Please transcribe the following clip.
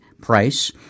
price